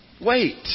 Wait